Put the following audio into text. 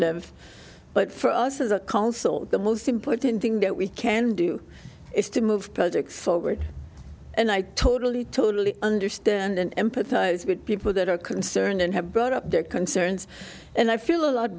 live but for us as a council the most important thing that we can do is to move projects forward and i totally totally understand and empathize with people that are concerned and have brought up their concerns and i feel a lot